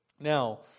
Now